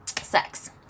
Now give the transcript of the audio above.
sex